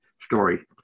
story